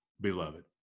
beloved